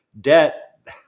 debt